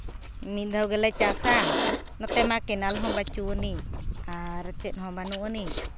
ᱢᱤᱫ ᱫᱷᱟᱣ ᱜᱮᱞᱮ ᱪᱟᱥᱟ ᱱᱚᱛᱮ ᱢᱟ ᱠᱮᱱᱮᱞ ᱦᱚᱸ ᱵᱟᱹᱪᱩᱜ ᱟᱹᱱᱤᱡᱟᱨ ᱪᱮᱫ ᱦᱚᱸ ᱵᱟᱹᱱᱩᱜ ᱟᱹᱱᱤᱡ